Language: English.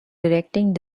directing